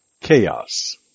Chaos